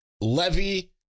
levy